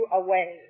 away